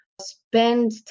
spend